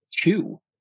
two